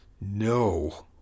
No